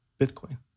Bitcoin